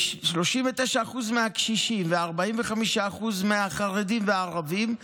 39% מהקשישים ו-45% מהחרדים והערבים.